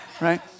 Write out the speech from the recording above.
right